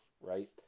right